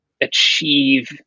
achieve